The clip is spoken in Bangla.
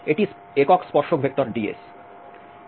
এটি একক স্পর্শক ভেক্টর ds